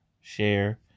share